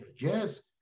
yes